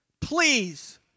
please